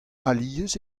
alies